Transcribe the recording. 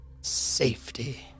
Safety